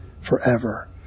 forever